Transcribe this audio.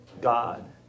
God